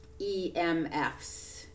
EMFs